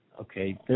Okay